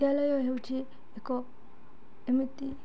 ବିଦ୍ୟାଳୟ ହେଉଛି ଏକ ଏମିତି